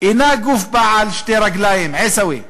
אינה גוף בעל שתי רגליים" עיסאווי,